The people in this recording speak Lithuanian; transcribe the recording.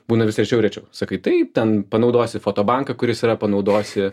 būna vis rečiau ir rečiau sakai taip ten panaudosi foto banką kuris yra panaudosi